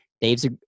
Dave's